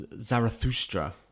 Zarathustra